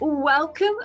Welcome